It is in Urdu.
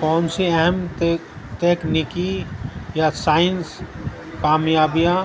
کون سی اہم تیکنیکی یا سائنس کامیابیاں